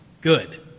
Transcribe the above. good